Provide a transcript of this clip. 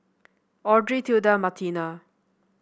Audrey Tilda Martina